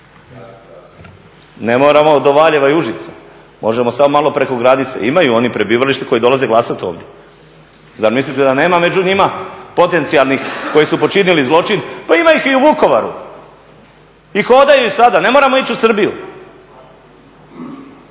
Ne moramo …, možemo samo malo preko granice. Imaju oni prebivalište koji dolaze glasati ovdje. Zar mislite da nema među njima potencijalnih, koji su počinili zločin, pa ima ih i u Vukovaru. I hodaju i sada, ne moramo ići u Srbiju.